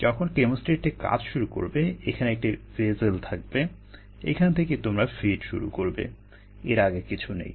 যখন কেমোস্ট্যাটটি কাজ শুরু করে এখানে একটি ভেসেল থাকবে এখান থেকেই তোমরা ফিড শুরু করবে এর আগে কিছু নেই